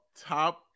top